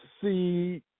see